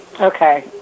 Okay